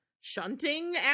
shunting